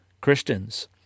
Christians